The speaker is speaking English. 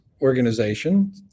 Organization